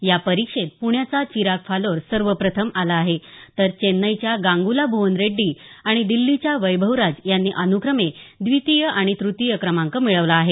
या परीक्षेत प्ण्याचा चिराग फालोर सर्वप्रथम आला आहे तर चेन्नईच्या गांगुला भुवन रेड्डी आणि दिल्लीच्या वैभवराज यांनी अनुक्रमे द्वितीय आणि तृतीय क्रमांक मिळवला आहे